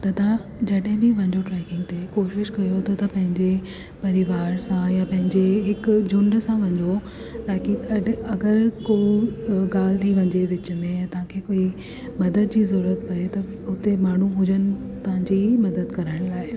त तव्हां जॾहिं बि वञो ट्रेकिंग ते कोशिशि कयो तव्हां पंहिंजे परिवार सां या पंहिंजे हिकु झूंड सां वञो ताकी अजु अगरि को अ ॻाल्हि थी वञे विच में या तव्हांखे कोई मदद जी ज़रूरुत पए त हुते माण्हू हुजनि तव्हांजी मदद करण लाइ